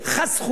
חסכו,